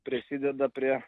prisideda prie